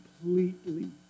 completely